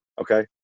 Okay